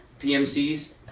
PMCs